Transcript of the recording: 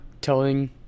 telling